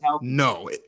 no